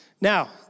Now